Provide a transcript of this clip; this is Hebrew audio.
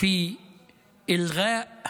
הפצצת